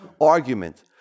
argument